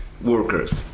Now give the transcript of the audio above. workers